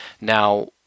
Now